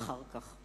אחר כך.